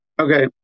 Okay